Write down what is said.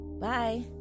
bye